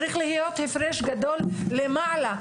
צריך להיות הפרש גדול מלמעלה.